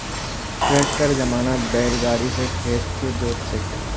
ट्रैक्टरेर जमानात बैल गाड़ी स खेत के जोत छेक